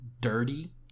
dirty